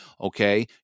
okay